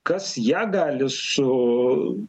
kas ją gali su